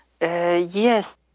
Yes